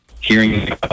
Hearing